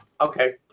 Okay